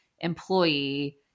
employee